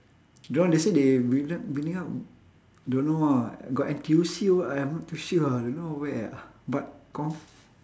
don't know they say they building up building up don't know ah got N_T_U_C or what I'm not too sure ah don't know where ah but con~